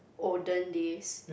olden days